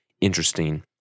interesting